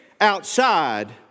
outside